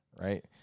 right